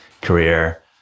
career